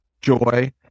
joy